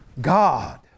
God